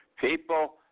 People